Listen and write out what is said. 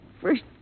First